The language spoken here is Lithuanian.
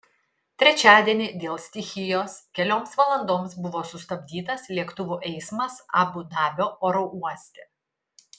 trečiadienį dėl stichijos kelioms valandoms buvo sustabdytas lėktuvų eismas abu dabio oro uoste